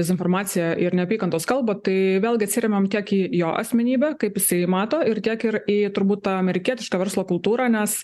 dezinformaciją ir neapykantos kalbą tai vėlgi atsiremiam tiek į jo asmenybę kaipjisai mato ir kiek ir į turbūt tą amerikietišką verslo kultūrą nes